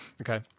Okay